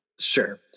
Sure